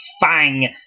Fang